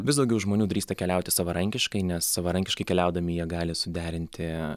vis daugiau žmonių drįsta keliauti savarankiškai nes savarankiškai keliaudami jie gali suderinti